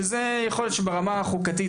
שזה יכול להיות שברמה החוקתית,